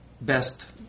best